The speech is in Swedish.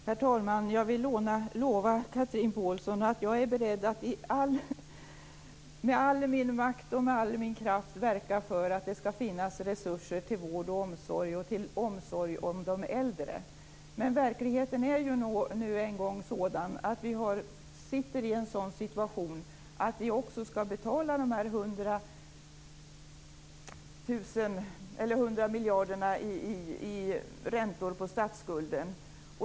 Herr talman! Jag vill lova Chatrine Pålsson att jag är beredd att med all min makt och kraft verka för att det skall finnas resurser till vård och omsorg och till omsorg om de äldre. Men verkligheten är nu en gång sådan att vi befinner oss i en situation där vi också skall betala de här 100 miljarderna i räntor på statsskulden.